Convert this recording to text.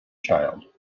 child